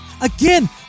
again